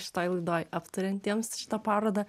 šitoj laidoj aptariantiems šitą parodą